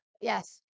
yes